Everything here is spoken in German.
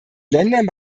ländern